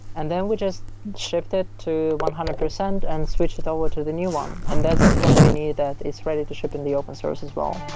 and then we just shipped it to one hundred percent and switched it over to the new one. and that's when we knew that it's ready to ship in the open source as well